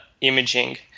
imaging